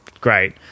Great